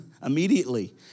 immediately